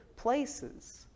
places